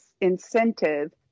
incentive